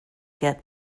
get